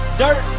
dirt